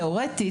תיאורטית,